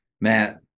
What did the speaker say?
Matt